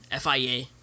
FIA